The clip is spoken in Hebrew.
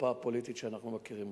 זה כל המפה הפוליטית שאנחנו מכירים.